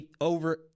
over